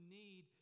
need